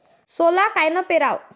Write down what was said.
सोला कायनं पेराव?